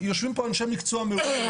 יושבים פה אנשי מקצוע מעולים,